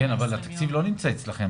כן אבל התקציב לא נמצא אצלכם.